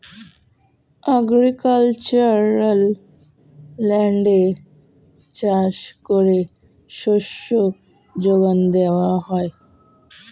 agricultural ল্যান্ডে চাষ করে শস্য যোগান দেওয়া হয়